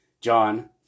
John